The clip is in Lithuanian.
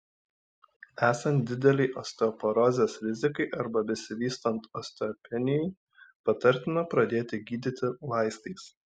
esant didelei osteoporozės rizikai arba besivystant osteopenijai patartina pradėti gydyti vaistais